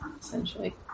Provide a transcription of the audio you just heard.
essentially